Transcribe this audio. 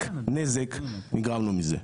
רק נזק נגרם לו מזה.